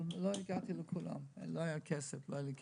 אבל לא הגעתי לכולם, לא היה לי כסף.